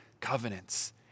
covenants